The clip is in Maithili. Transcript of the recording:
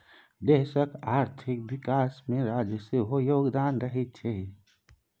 देशक आर्थिक विकासमे राज्यक सेहो योगदान रहैत छै